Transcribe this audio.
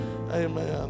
amen